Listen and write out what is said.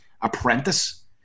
apprentice